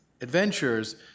adventures